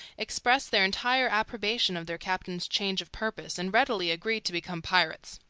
expressed their entire approbation of their captain's change of purpose, and readily agreed to become pirates.